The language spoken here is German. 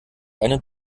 eine